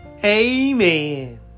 Amen